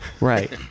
Right